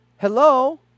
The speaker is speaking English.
Hello